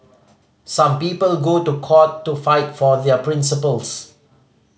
some people go to court to fight for their principles